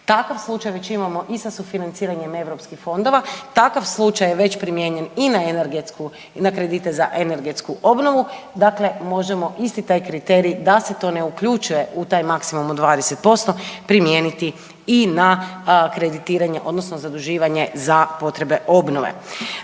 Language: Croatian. Takav slučaj već imamo i sa sufinanciranjem europskih fondova, takav slučaj je već primijenjen i na energetsku, i na kredite za energetsku obnovu, dakle možemo isti taj kriterij da se to ne uključuje u taj maksimalno 20% primijeniti i na kreditiranje odnosno zaduživanje za potrebe obnove.